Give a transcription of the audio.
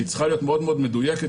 שצריכה להיות מאוד מאוד מדויקת.